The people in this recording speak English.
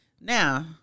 now